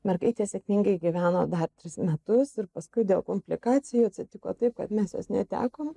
mergaitė sėkmingai gyveno dar tris metus ir paskui dėl komplikacijų atsitiko taip kad mes jos netekom